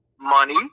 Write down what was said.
Money